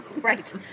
Right